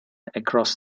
across